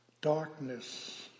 darkness